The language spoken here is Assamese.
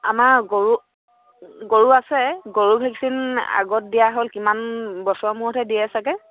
আমাৰ গৰু গৰু আছে গৰু ভেকচিন আগত দিয়া হ'ল কিমান বছৰৰ মূৰতহে দিয়ে চাগৈ